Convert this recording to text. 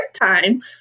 time